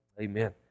amen